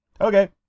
Okay